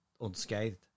unscathed